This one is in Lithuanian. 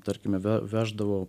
tarkime ve veždavo